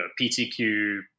PTQ